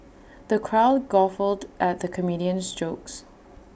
the crowd guffawed at the comedian's jokes